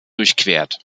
durchquert